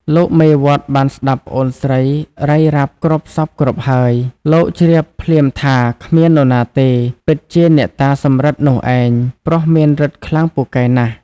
លោកមេវត្តបានស្ដាប់ប្អូនស្រីរាយរាប់គ្រប់សព្វគ្រប់ហើយ លោកជ្រាបភ្លាមថា គ្មាននរណាទេ ពិតជាអ្នកតាសំរឹទ្ធិនោះឯង ព្រោះមានឫទ្ធិខ្លាំងពូកែណាស់ ។